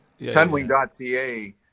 Sunwing.ca